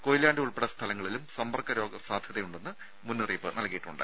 കൊയിലാണ്ടി ഉൾപ്പെടെ സ്ഥലങ്ങളിലും സമ്പർക്ക രോഗ സാധ്യതയുണ്ടെന്ന് മുന്നറിയിപ്പ് നൽകിയിട്ടുണ്ട്